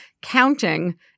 counting